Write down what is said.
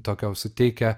tokio suteikia